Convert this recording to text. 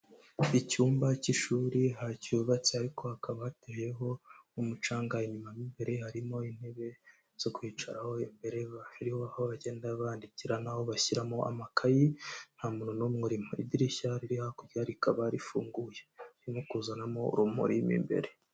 Icyumba cy'ishuri hacyubatse ariko hakaba hateyeho umucanga. Inyuma n'imbere harimo intebe zo kwicaraho. Imbere hakaba hariho aho bagenda bandikira n'aho bashyiramo amakayi. Nta muntu n'umwe urimo. Idirishya riri hakurya rikaba rifunguye ririmo kuzanamo urumuri mo imbere.